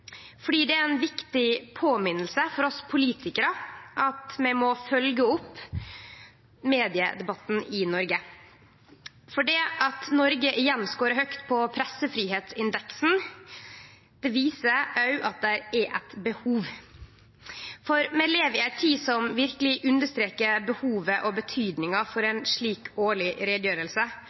Det er ei viktig påminning for oss politikarar om at vi må følgje opp mediedebatten i Noreg. Det at Noreg igjen skorar høgt på pressefridomsindeksen viser òg at det er eit behov, for vi lever i ei tid som verkeleg understrekar behovet og betydinga for ei slik årleg